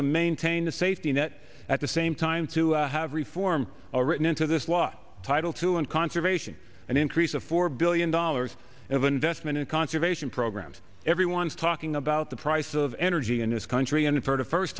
to maintain the safety net at the same time to have reform all written into this law title two and conservation and increase of four billion dollars of investment in conservation programs everyone's talking about the price of energy in this country and in part a first